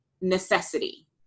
necessity